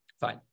Fine